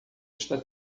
está